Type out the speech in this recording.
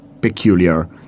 peculiar